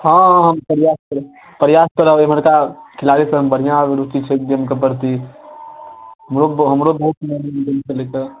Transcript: हँ हँ हम प्रआस करैत छी प्रआस करब एम्हरका खिलाड़ी सबमे बढ़िआँ अभिरुचि छै गेमके परती हमरो हमरो बहुत मजबूरी अइ गेम खेलै कऽ